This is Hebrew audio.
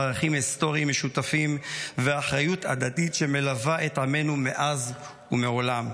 ערכים היסטוריים משותפים ואחריות הדדית שמלווה את עמנו מאז ומעולם.